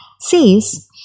says